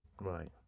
Right